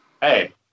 Hey